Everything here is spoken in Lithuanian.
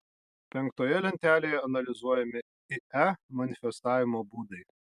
penktoje lentelėje analizuojami ie manifestavimo būdai